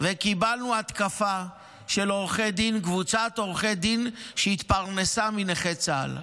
וקיבלנו התקפה של קבוצת עורכי דין שהתפרנסה מנכי צה"ל,